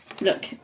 look